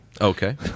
Okay